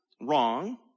wrong